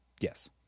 Yes